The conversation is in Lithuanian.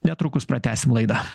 netrukus pratęsim laidą